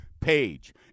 page